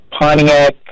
Pontiac